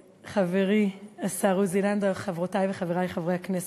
חברי השר עוזי לנדאו, חברותי וחברי חברי הכנסת,